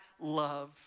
love